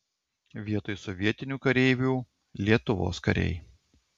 vietoj sovietinių kareivių lietuvos kariai